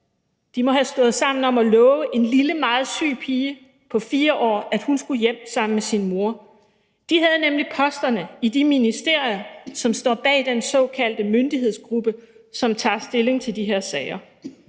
må have stået sammen før valget om at love en lille meget syg pige på 4 år, at hun skulle hjem sammen med sin mor. De havde nemlig posterne i de ministerier, som står bag den såkaldte myndighedsgruppe, som tager stilling til de her sager.